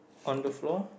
on the floor